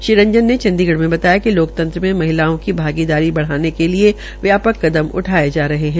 श्री रंजन ने चंडीगढ़ मे बताया कि लोकतंत्र में महिलाओं की भागीदारी बढ़ाने के लिए व्यापक कदम उठाए जा रहे हैं